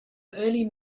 early